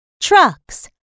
Trucks